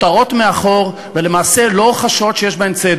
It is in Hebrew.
ואחרי עשר שנים יצא.